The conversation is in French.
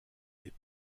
est